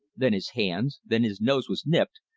then his hands, then his nose was nipped,